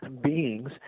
beings